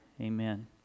amen